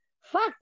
Fuck